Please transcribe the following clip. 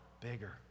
bigger